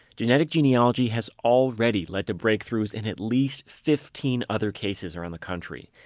genetic genealogy has already led to breakthroughs in at least fifteen other cases around the country.